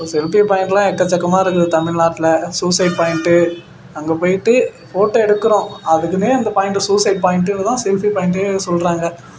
இப்போ செல்ஃபி பாயிண்டெலாம் எக்கச்சக்கமாக இருக்குது தமிழ்நாட்டில் சூசைட் பாயிண்ட்டு அங்கே போயிட்டு ஃபோட்டோ எடுக்கிறோம் அதுக்குனே அந்த பாயிண்ட்டை சூசைட் பாயிண்ட்டுனு தான் செல்ஃபி பாயிண்ட்டுனு சொல்கிறாங்க